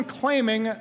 claiming